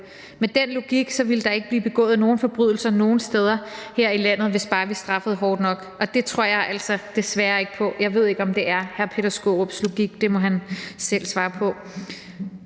Med den logik ville der ikke blive begået nogen forbrydelser nogen steder her i landet, altså hvis bare vi straffede hårdt nok, og det tror jeg altså desværre ikke på. Jeg ved ikke, om det er hr. Peter Skaarups logik – det må han selv svare på.